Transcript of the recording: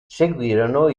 seguirono